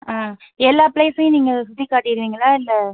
ஆ எல்லா ப்ளேஸையும் நீங்கள் சுற்றி காட்டிடுவிங்களா இல்லை